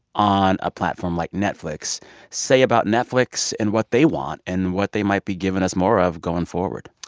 on a platform like netflix say about netflix and what they want and what they might be giving us more of going forward?